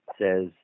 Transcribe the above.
says